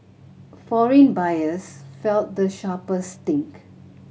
foreign buyers felt the sharpest sting